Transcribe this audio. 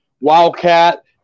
wildcat